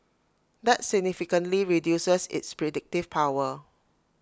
that significantly reduces its predictive power